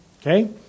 Okay